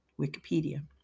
Wikipedia